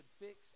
fix